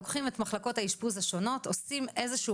לוקחים את מחלקות האשפוז השונות עושים איזה שהוא